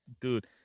dude